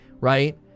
right